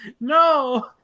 no